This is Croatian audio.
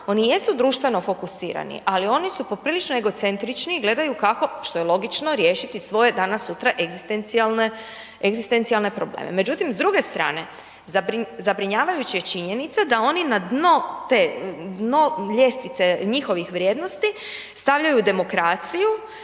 oni jesu društveno fokusirani, ali oni su poprilično egocentrični, gledaju kako, što je logično riješiti svoje danas sutra egzistencijalne probleme. Međutim, s druge strane, zabrinjavajuća je činjenica, da oni na dno te ljestvice njihovih vrijednosti, stavljaju demokraciju,